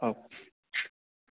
ହେଉ